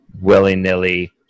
willy-nilly